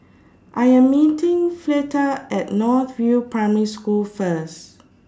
I Am meeting Fleta At North View Primary School First